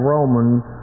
Romans